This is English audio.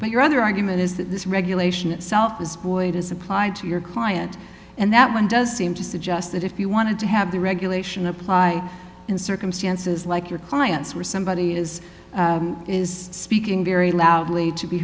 but your other argument is that this regulation itself is boyd is applied to your client and that one does seem to suggest that if you wanted to have the regulation apply in circumstances like your clients or somebody is is speaking very loudly to be